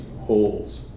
holes